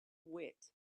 wit